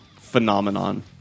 phenomenon